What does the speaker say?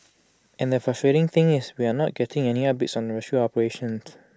and the frustrating thing is we are not getting any updates on the rescue operations